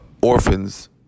orphans